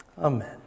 Amen